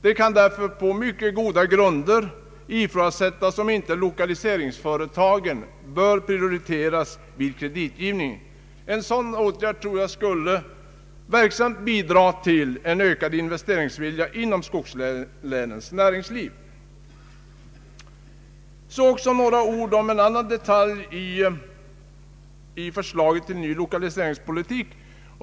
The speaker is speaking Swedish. Det kan därför på mycket goda grunder ifrågasättas om inte lokaliseringsföretagen bör prioriteras vid kreditgivningen. En sådan åtgärd skulle säkert verksamt bidraga till en ökad investeringsvilja inom skogslänens näringsliv. Så några ord om en annan detalj i förslaget om ny lokaliseringspolitik.